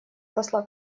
посла